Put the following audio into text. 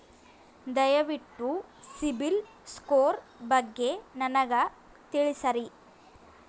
ದಯವಿಟ್ಟು ಸಿಬಿಲ್ ಸ್ಕೋರ್ ಬಗ್ಗೆ ನನಗ ತಿಳಸರಿ?